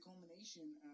culmination